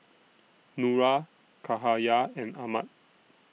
Nura Cahaya and Ahmad